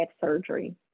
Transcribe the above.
surgery